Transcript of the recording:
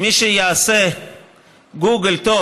מי שיעשה גוגל טוב